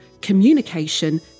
communication